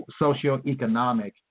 socioeconomic